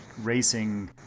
racing